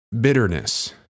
bitterness